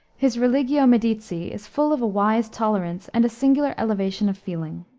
his religio medici is full of a wise tolerance and a singular elevation of feeling.